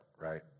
right